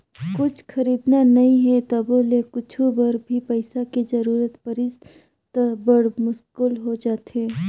कुछु खरीदना नइ हे तभो ले कुछु बर भी पइसा के जरूरत परिस त बड़ मुस्कुल हो जाथे